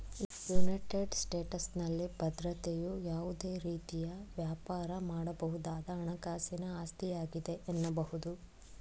United ಸ್ಟೇಟಸ್ನಲ್ಲಿ ಭದ್ರತೆಯು ಯಾವುದೇ ರೀತಿಯ ವ್ಯಾಪಾರ ಮಾಡಬಹುದಾದ ಹಣಕಾಸಿನ ಆಸ್ತಿಯಾಗಿದೆ ಎನ್ನಬಹುದು